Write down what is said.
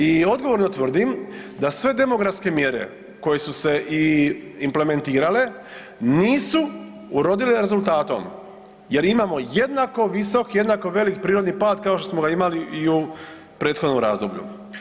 I odgovorno tvrdim da sve demografske mjere koje su se implementirale nisu urodile rezultatom jer imamo jednako visok, jednako velik prirodni pad kao što smo ga imali i u prethodnom razdoblju.